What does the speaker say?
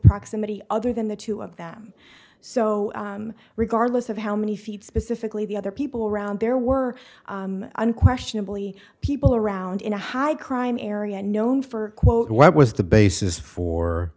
proximity other than the two of them so regardless of how many feet specifically the other people around there were unquestionably people around in a high crime area known for quote what was the basis for